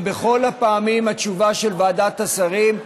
ובכל הפעמים התשובה של ועדת השרים: